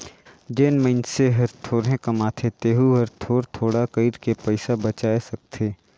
जेन मइनसे हर थोरहें कमाथे तेहू हर थोर थोडा कइर के पइसा बचाय सकथे